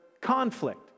conflict